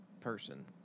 person